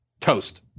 Toast